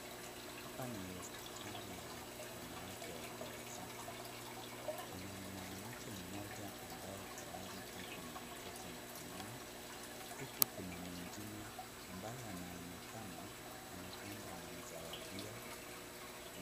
Hapa ni hospitali ya wanawake wajawazito. Kuna mwanamke mmoja ambaye tayari ako na mtoto mkononi, huku kuna mwingine ambaye anaonekana kana kwamba anamzawadia.